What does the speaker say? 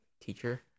teacher